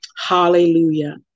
hallelujah